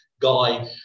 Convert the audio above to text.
guy